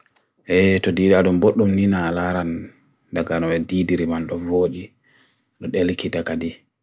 ʻe ʻtʻu dʻi ʻadum ʻbʻotum ʻni ʻna ʻalaran ʻdʻa ʻanw ʻe dʻi ʻdirimant of wodʻi ʻnod elik ʻi ʻdʻa ʻdi.